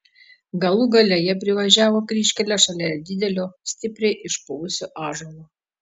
galų gale jie privažiavo kryžkelę šalia didelio stipriai išpuvusio ąžuolo